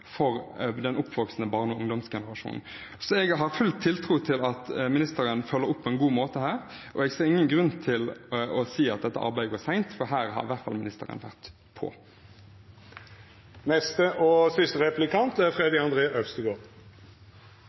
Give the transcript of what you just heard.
den oppvoksende barne- og ungdomsgenerasjonen. Jeg har full tiltro til at ministeren følger dette opp på en god måte, og jeg ser ingen grunn til å si at dette arbeidet går sent, for her har i hvert fall ministeren vært på.